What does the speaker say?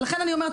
לכן אני אומרת,